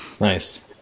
Nice